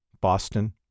Boston